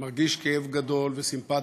מרגיש כאב גדול וסימפתיה.